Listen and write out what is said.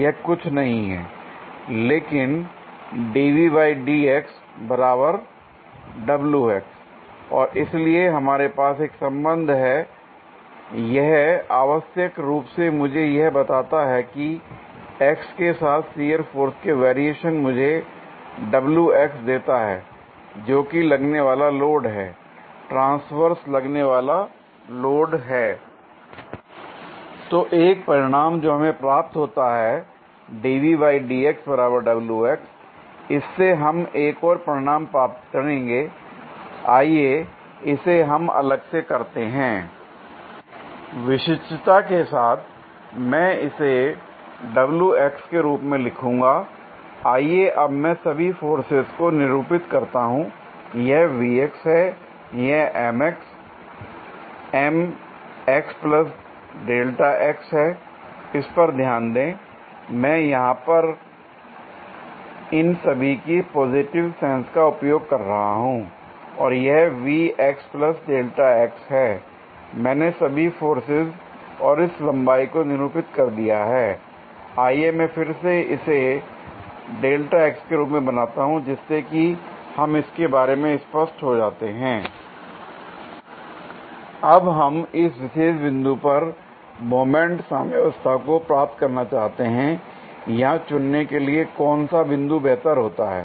यह कुछ नहीं है लेकिन l और इसलिए हमारे पास एक संबंध है यह आवश्यक रूप से मुझे यह बताता है कि x के साथ शियर फोर्स के वेरिएशन मुझे देता है जोकि लगने वाला लोड है ट्रांसवर्से लगने वाला लोड है l तो एक परिणाम जो हमें प्राप्त होता है l इससे हम एक और परिणाम प्राप्त करेंगे आइए इसे हम अलग से करते हैं l विशिष्टता के साथ मैं इसे के रूप में लिखूंगा l आइए अब मैं सभी फोर्सेज को निरूपित करता हूं यह है यह है l इस पर ध्यान दें मैं यहां इन सभी की पॉजिटिव सेंस का उपयोग कर रहा हूं और यह है l मैंने सभी फोर्सेज और इस लंबाई को निरूपित कर दिया है आइए मैं फिर से इसे के रूप में बनाता हूं जिससे कि हम इसके बारे में स्पष्ट हो जाते हैं l अब हम इस विशेष बिंदु पर मोमेंट साम्यवस्था को प्राप्त करना चाहते हैं l यहां चुनने के लिए कौन सा बिंदु बेहतर होता है